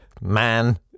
man